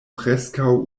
preskaŭ